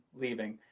leaving